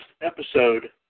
episode